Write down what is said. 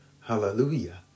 Hallelujah